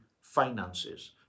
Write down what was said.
finances